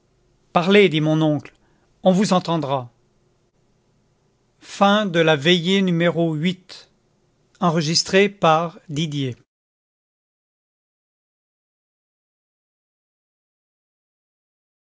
parlez dit mon oncle on vous entendra neuvième veillée